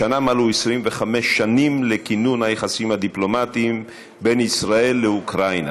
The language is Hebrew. השנה מלאו 25 שנים לכינון היחסים הדיפלומטיים בין ישראל לאוקראינה,